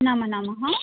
नमो नमः